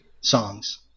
songs